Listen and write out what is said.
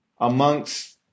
amongst